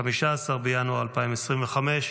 15 בינואר 2025,